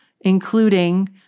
including